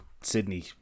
sydney